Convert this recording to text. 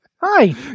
hi